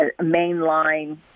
mainline